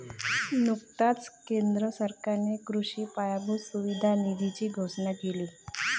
नुकताच केंद्र सरकारने कृषी पायाभूत सुविधा निधीची घोषणा केली